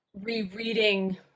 rereading